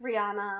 Rihanna